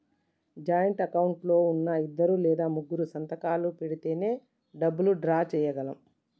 joint account లో ఉన్నా ఇద్దరు లేదా ముగ్గురూ సంతకాలు పెడితేనే డబ్బులు డ్రా చేయగలం